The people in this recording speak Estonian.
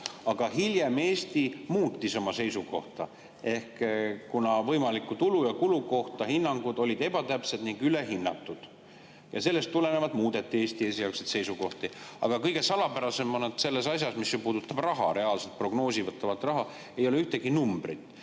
Aga hiljem Eesti muutis oma seisukohta, kuna hinnangud võimaliku tulu ja kulu kohta olid ebatäpsed ning ülehinnatud. Ja sellest tulenevalt muudeti Eesti esialgset seisukohta. Aga kõige salapärasem on, et selle kohta, mis puudutab raha, reaalset prognoositavat raha, ei ole ühtegi numbrit.